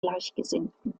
gleichgesinnten